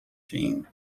team